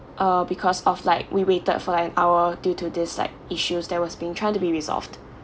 uh because of like we waited for like an hour due to this like issues that was being trying to be resolved